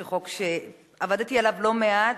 שהוא חוק שעבדתי עליו לא מעט.